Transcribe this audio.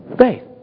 faith